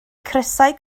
crysau